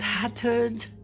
tattered